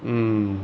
mm